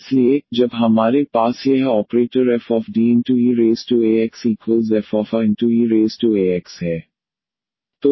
इसलिए जब हमारे पास यह ऑपरेटर fDeaxfaeax है